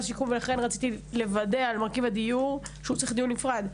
השיכון ולכן רציתי לוודא לגבי מרכיב הדיור שהוא צריך דיון נפרד,